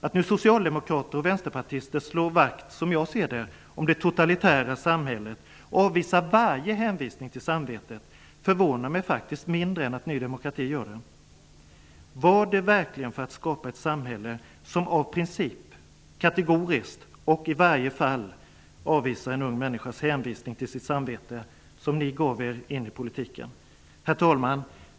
Att socialdemokrater och vänsterpartister slår vakt om det totalitära samhället och avvisar varje hänvisning till samvetet förvånar mig mindre än att Ny demokrati gör det. Var det verkligen för att skapa ett samhälle som av princip, kategoriskt och i varje fall avvisar en ung människas hänvisning till sitt samvete som ni gav er in i politiken? Herr talman!